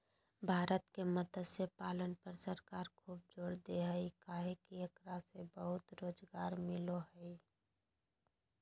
भारत में मत्स्य पालन पर सरकार खूब जोर दे हई काहे कि एकरा से बहुत रोज़गार मिलो हई